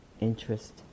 interest